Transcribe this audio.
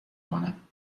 کنم